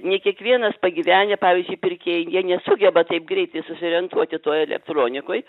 ne kiekvienas pagyvenę pavyzdžiui pirkėjai jie nesugeba taip greitai susiorientuoti toj elektronikoj